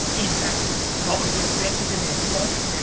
in fact, probably better than anybody's?